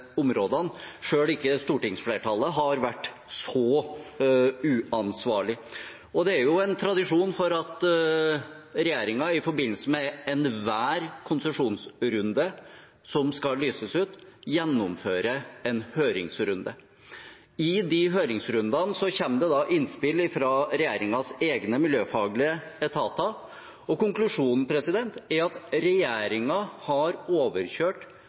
områdene. Selv ikke stortingsflertallet har vært så uansvarlig. Det er tradisjon for at regjeringen i forbindelse med enhver konsesjonsrunde som skal lyses ut, gjennomfører en høringsrunde. I de høringsrundene kommer det innspill fra regjeringens egne miljøfaglige etater. Konklusjonen er at regjeringen har overkjørt